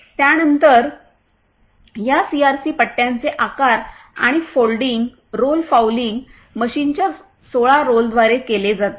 त्यानंतर या सीआरसी पट्ट्यांचे आकार आणि फोल्डिंग रोल फॉउलिंग मशीनच्या 16 रोलद्वारे केले जाते